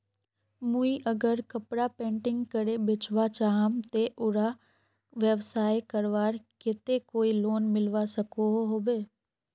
मुई अगर कपड़ा पेंटिंग करे बेचवा चाहम ते उडा व्यवसाय करवार केते कोई लोन मिलवा सकोहो होबे?